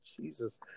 Jesus